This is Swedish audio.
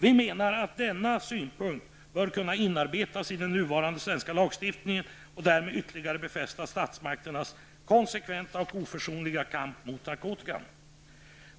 Vi menar att denna synpunkt bör kunna inarbetas i den nuvarande svenska lagstiftningen och därmed ytterligare befästa statsmakternas konsekventa och oförsonliga kamp mot narkotika.